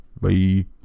Bye